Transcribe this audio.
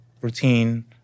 routine